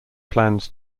plans